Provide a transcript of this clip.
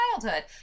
childhood